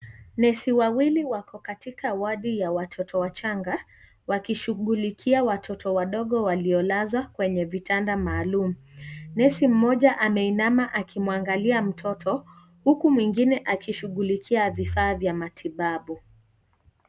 Nesi wawili wako katika wadi ya watoto wachanga, wakishughulikia watoto wadogo waliolazwa kwenye vitanda maalum, nesi mmoja ameinama akimwangalia mtoto huku mwingine akishughulikia vifaa vya matibabu.